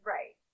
Right